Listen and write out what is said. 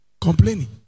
Complaining